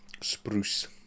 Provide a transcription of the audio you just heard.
spruce